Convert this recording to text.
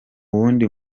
wundi